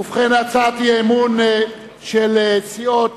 ובכן, הצעת האי-אמון של סיעות